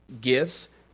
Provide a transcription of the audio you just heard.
gifts